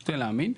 נוטה להאמין.